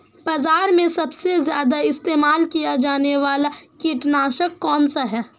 बाज़ार में सबसे ज़्यादा इस्तेमाल किया जाने वाला कीटनाशक कौनसा है?